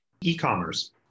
e-commerce